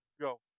Go